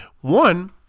One